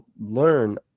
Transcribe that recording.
learn